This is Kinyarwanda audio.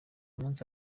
munsi